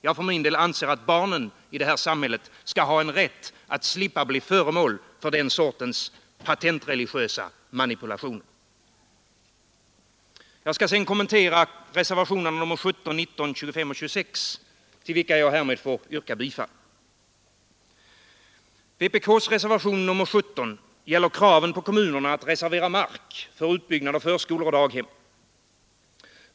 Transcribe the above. Jag för min del anser att barnen i det här samhället skall ha en rätt att slippa bli föremål för den sortens patentreligiösa manipulationer. Jag skall sedan kommentera reservationerna 17. 19, 25 och 26, till vilka jag härmed får yrka bifall. Vpk:s reservation nr 17 gäller kraven på kommunerna att reservera mark för utbyggnad av förskolor och daghem.